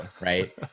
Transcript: right